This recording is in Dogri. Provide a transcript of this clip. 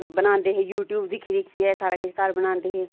बनांदे हे यूट्यूब दिक्खी दिक्खी एह् सारा किश घर बनांदे हे